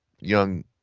young